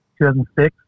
2006